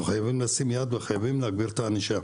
חייבים לשים יד וחייבים להגביר את הענישה.